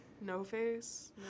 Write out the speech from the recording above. No-Face